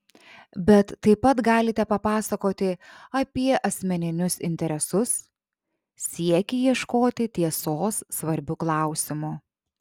bet taip pat galite papasakoti apie asmeninius interesus siekį ieškoti tiesos svarbiu klausimu